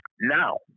Now